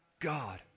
God